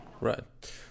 Right